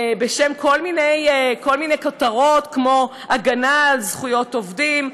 בשם כל מיני כותרות כמו הגנה על זכויות עובדים,